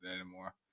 anymore